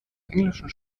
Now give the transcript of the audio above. englischen